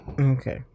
Okay